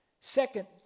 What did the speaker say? Second